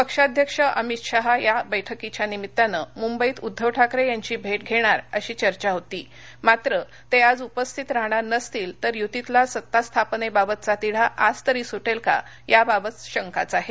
पक्षाध्यक्ष अमित शहा या बैठकीच्या निमित्तानं मुंबईत उद्धव ठाकरे यांची भेट घेणार अशी चर्चा होती मात्र ते आज उपस्थित राहणार नसतील तर यूतीतला सत्ता स्थापनेबाबतचा तिढा आज तरी सुटेल का याबाबत शंकाच आहे